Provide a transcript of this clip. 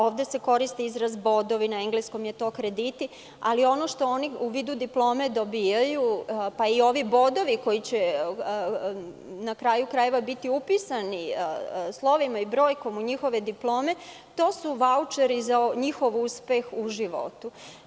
Ovde se koristi izraz bodovi, a na engleskom su to krediti, ali ono što oni u vidu diplome dobijaju, pa i ovi bodovi koji će na kraju krajeva biti upisani slovima i brojkom u njihove diplome su vaučeri za njihov uspeh u životu.